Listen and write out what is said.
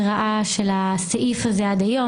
של הסעיף הזה עד היום.